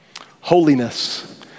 Holiness